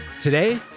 Today